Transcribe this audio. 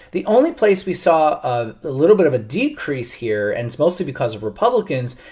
the only place we saw a little bit of a decrease here and it's mostly because of republicans.